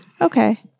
Okay